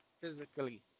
physically